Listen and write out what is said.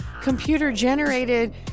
computer-generated